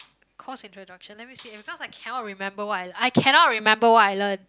course introduction let me see eh because I cannot remember what I I cannot remember what I learn